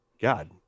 God